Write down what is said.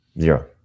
Zero